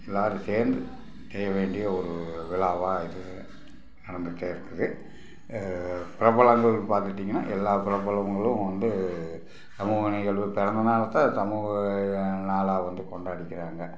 எல்லாேரும் சேர்ந்து செய்ய வேண்டிய ஒரு விழாவா இது நடத்துகிட்டே இருக்குது பிரபலங்களெனு பார்த்துட்டீங்கன்னா எல்லா பிரபலங்களும் வந்து சமூக அணிகள் பிறந்த நாளைத்தான் சமூக நாளாக வந்து கொண்டாடிக்கிறாங்க